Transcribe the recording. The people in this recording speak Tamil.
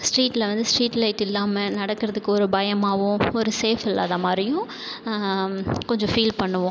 ஸ்ட்ரீட்டில் வந்து ஸ்ட்ரீட் லைட் இல்லாமல் நடக்கிறதுக்கு ஒரு பயமாகவும் ஒரு சேஃப் இல்லாத மாதிரியும் கொஞ்சம் ஃபீல் பண்ணுவோம்